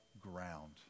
ground